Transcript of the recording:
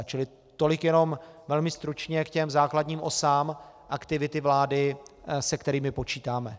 Čili tolik jenom velmi stručně k základním osám aktivity vlády, se kterými počítáme.